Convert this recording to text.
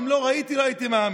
אם לא הייתי רואה, לא הייתי מאמין.